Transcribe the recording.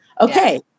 Okay